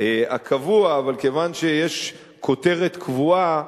הקבוע, אבל כיוון שיש כותרת קבועה,